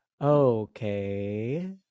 Okay